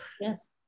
Yes